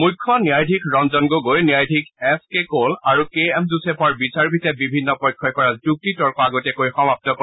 মুখ্য ন্যায়াধীশ ৰঞ্জন গগৈ ন্যায়াধীশ এছ কে ক'ল আৰু কে এম যোছেফৰ বিচাৰপীঠে বিভিন্ন পক্ষই কৰা যুক্তি তৰ্ক আগতীয়াকৈ সমাপ্ত কৰে